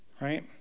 right